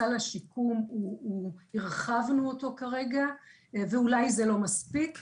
סל השיקום אנחנו הרחבנו אותו כרגע ואולי זה לא מספיק.